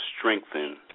strengthen